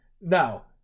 Now